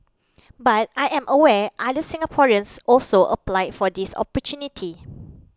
but I am aware other Singaporeans also applied for this opportunity